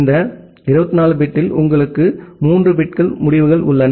இந்த 24 பிட்டில் உங்களுக்கு 3 பிட்கள் முடிவுகள் உள்ளன